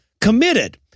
committed